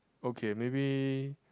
okay maybe